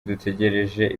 dutegereje